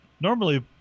normally